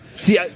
See